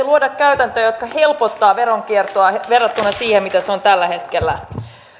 luoda käytäntöjä jotka helpottavat veronkiertoa verrattuna siihen mitä se on tällä hetkellä